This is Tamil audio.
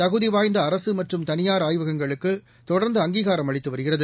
தகுதிவாய்ந்தஅரசுமற்றும் தனியார் ஆய்வகங்களுக்குதொடர்ந்து அங்கீகாரம் அளித்துவருகிறது